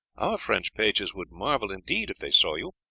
french pages would marvel indeed if they saw you.